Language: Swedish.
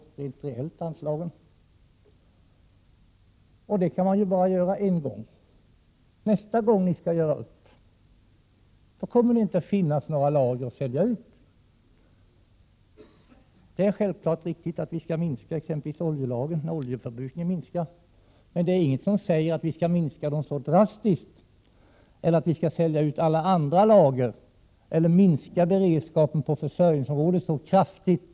Detta kan bara göras en gång, och nästa gång ni skall göra upp kommer det inte att finnas några lager att sälja ut. Det är självklart att exempelvis oljelagren skall minskas när oljeförbrukningen minskar, men det är ingenting som säger att de skall minskas så drastiskt, att alla andra lager skall säljas ut eller att beredskapen på försörjningsområdet skall minskas så här kraftigt.